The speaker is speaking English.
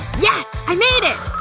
yes! i made it!